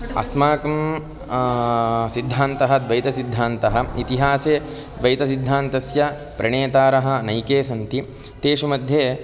अस्माकं सिद्धान्तः द्वैतसिद्धान्तः इतिहासे द्वैतसिद्धान्तस्य प्रणेतारः नैके सन्ति तेषु मध्ये